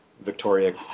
Victoria